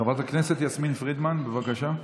חברת הכנסת יסמין פרידמן, בבקשה.